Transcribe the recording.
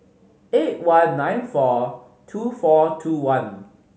eight one nine four two four two one